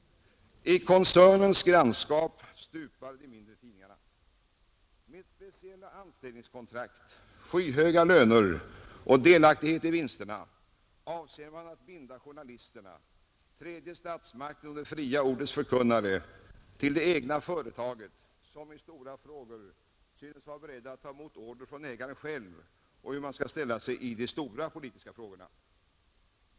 I koncernens grannskap stupar de mindre tidningarna, Med speciella anställningskontrakt, skyhöga löner och delaktighet i vinsterna avser man att binda journalisterna — tredje statsmakten och det fria ordets förkunnare — till det egna företaget, som synes vara berett att ta emot order från ägaren själv om hur man skall ställa sig i de stora politiska frågorna.